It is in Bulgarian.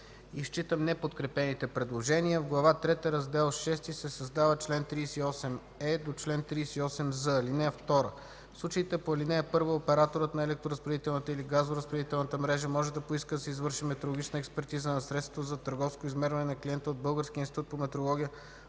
Изчитам неподкрепените предложения: „§.... В Глава трета, Раздел VI се създават чл. 38е – чл. 38з: (2) В случаите по ал. 1 операторът на електроразпределителната или газоразпределителната мрежа може да поиска да се извърши метрологична експертиза на средството за търговско измерване на клиента от Българския институт по метрология